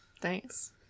Thanks